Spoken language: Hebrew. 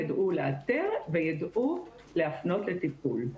ידעו לאתר וידעו להפנות לטיפול.